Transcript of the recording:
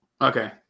Okay